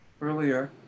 earlier